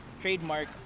trademark